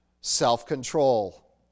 self-control